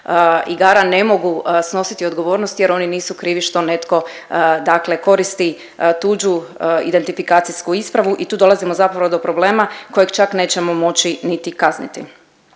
igara ne mogu snositi odgovornost jer oni nisu krivi što netko dakle koristi tuđu identifikacijsku ispravu i tu dolazimo zapravo do problema kojeg čak nećemo moći niti kazniti.